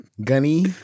gunny